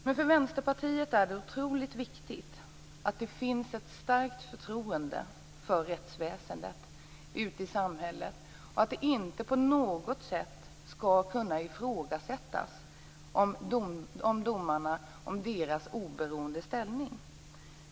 Men för Vänsterpartiet är det otroligt viktigt att det finns ett starkt förtroende för rättsväsendet ute i samhället. Domarna och deras oberoende ställning skall inte på något sätt kunna ifrågasättas.